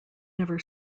never